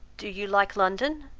do you like london?